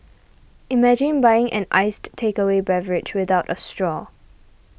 imagine buying an iced takeaway beverage without a straw